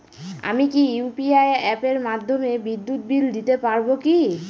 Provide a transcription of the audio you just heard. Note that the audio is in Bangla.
আমি কি ইউ.পি.আই অ্যাপের মাধ্যমে বিদ্যুৎ বিল দিতে পারবো কি?